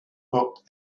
book